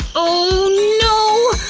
oh no!